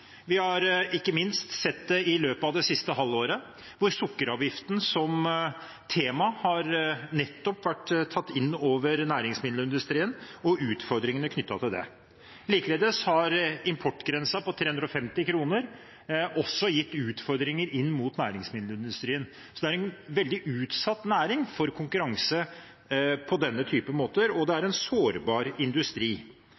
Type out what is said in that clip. Vi har ikke minst sett det i løpet av det siste halve året, da sukkeravgiften og utfordringene knyttet til den har vært et tema innenfor næringsmiddelindustrien. Likeledes har importgrensen på 350 kr gitt utfordringer for næringsmiddelindustrien. Så det er en næring som er veldig utsatt for konkurranse, og det er en sårbar industri. Det